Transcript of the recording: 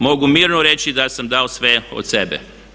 Mogu mirno reći da sam dao sve od sebe.